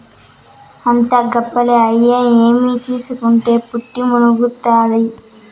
అంతా గప్పాలే, అయ్యి నమ్మి తీస్కుంటే పుట్టి మునుగుతాది